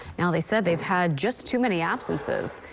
and they said they've had just too many absences.